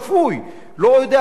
לא יודע מה הוא אומר,